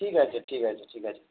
ঠিক আছে ঠিক আছে ঠিক আছে